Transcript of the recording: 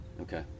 Okay